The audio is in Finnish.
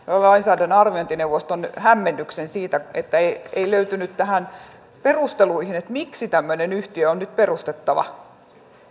lainsäädännön arviointineuvoston hämmennyksen siitä että ei ei löytynyt näihin perusteluihin miksi tämmöinen yhtiö on nyt perustettava eikä